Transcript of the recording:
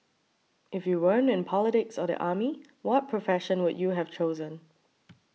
if you weren't in politics or the army what profession would you have chosen